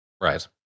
Right